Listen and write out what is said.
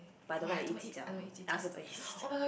but I don't like to eat ji-jiao I also don't eat ji-jiao